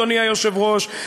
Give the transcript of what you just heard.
אדוני היושב-ראש,